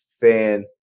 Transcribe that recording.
fan